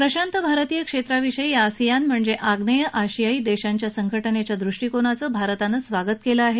प्रशांत भारतीय क्षेत्राविषयी आसिआन म्हणजे आग्नेय आशियाई देशांच्या संघटनेच्या दृष्टिकोनाचं भारतानं स्वागत केलं आहे